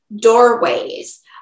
doorways